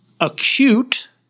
acute